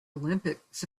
olympics